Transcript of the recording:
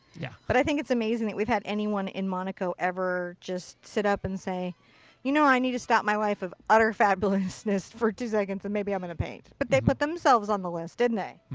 yeah. but i think it's amazing that we've had anyone in monaco ever just sit up and say you know, i need to stop my life of utter fabulousness for two seconds and maybe i'm going to paint. but they put themselves on the list didn't they.